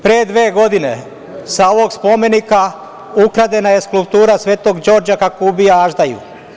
Pre dve godine, sa ovog spomenika ukradena je skulptura Svetog Đorđa kako ubiva aždahu.